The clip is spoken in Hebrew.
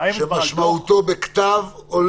משמעותו בכתב או לא?